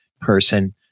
person